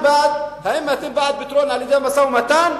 האם אתם בעד פתרון על-ידי משא-ומתן,